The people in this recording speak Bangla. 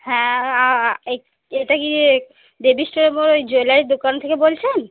হ্যাঁ এই এটা কি দেবী স্টোরের মধ্যে ওই জুয়েলারির দোকান থেকে বলছেন